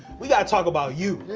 we gotta talk about you!